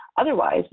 Otherwise